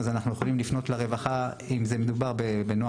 אז אנחנו יכולים לפנות לרווחה אם מדובר בנוער